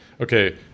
okay